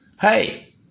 Hey